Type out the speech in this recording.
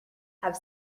have